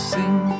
Sing